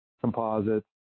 composites